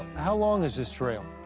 how long is this trail?